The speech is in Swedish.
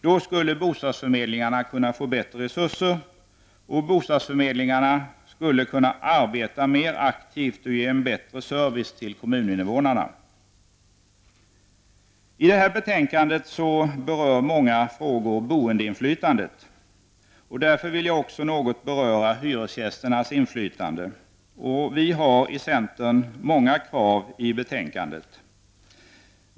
Då skulle bostadsförmedlingarna få bättre resurser och kunna arbeta mer aktivt för att ge en bättre service till kommuninvånarna. I detta betänkande behandlas också många frågor som gäller boendeinflytandet och jag vill här något beröra frågan om hyresgästernas inflytande. Vi i centerna har i det avseendet många krav i betänkandet.